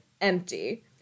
empty